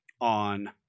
on